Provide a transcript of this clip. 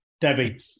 Debbie